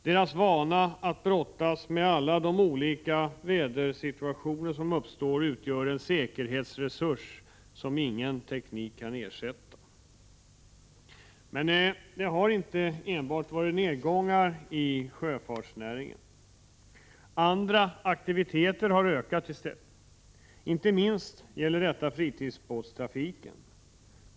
Deras vana att brottas med alla de olika vädersituationer som uppstår utgör en säkerhetsresurs som ingen teknik kan ersätta. Men det har inte enbart varit nedgångar i sjöfartsnäringen. Vissa aktiviteter har ökat i stället. Inte minst gäller detta fritidsbåtstrafiken.